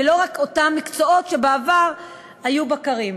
ולא רק אותם בעלי מקצועות שבעבר היו בקרים.